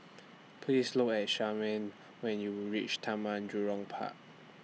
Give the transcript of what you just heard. Please Look At Charmaine when YOU REACH Taman Jurong Park